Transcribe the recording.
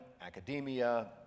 academia